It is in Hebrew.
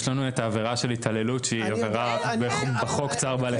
את עבירת התעללות שהיא עבירה בחוק צער בלי